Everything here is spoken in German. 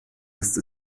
lässt